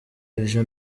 ivyo